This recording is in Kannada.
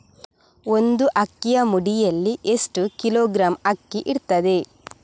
ಒಂದು ಅಕ್ಕಿಯ ಮುಡಿಯಲ್ಲಿ ಎಷ್ಟು ಕಿಲೋಗ್ರಾಂ ಅಕ್ಕಿ ಇರ್ತದೆ?